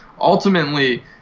ultimately